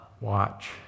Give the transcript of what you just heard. watch